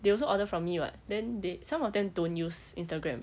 they also order from me [what] then they some of them don't use instagram